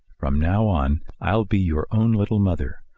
from now on, i'll be your own little mother.